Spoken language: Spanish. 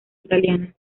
italiana